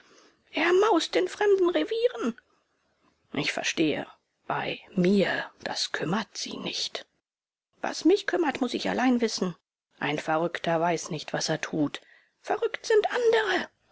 er maust in fremden revieren ich verstehe bei mir das kümmert sie nicht was mich kümmert muß ich allein wissen ein verrückter weiß nicht was er tut verrückt sind andere